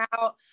out